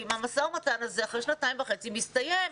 המשא-ומתן הזה אחרי שנתיים וחצי מסתיים.